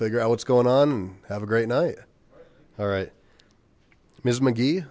figure out what's going on and have a great night all right m